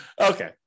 Okay